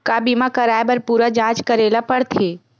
का बीमा कराए बर पूरा जांच करेला पड़थे?